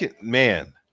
man